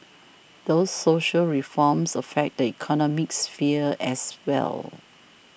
these social reforms affect the economic sphere as well